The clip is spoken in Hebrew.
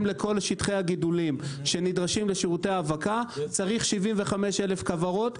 לכל שטחי הגידולים שנדרשים לשירותי האבקה צריך 75,000 כוורות.